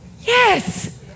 yes